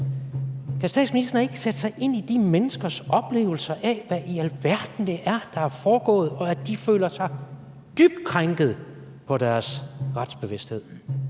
Kan statsministeren ikke sætte sig ind i de menneskers oplevelser af, hvad i alverden det er, der er foregået, og at de føler sig dybt krænket på deres retsbevidsthed?